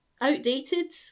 outdated